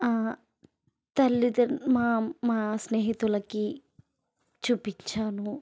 తల్లిత మా అ మా స్నేహితులకి చూపించాను